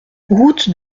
route